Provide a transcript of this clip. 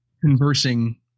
conversing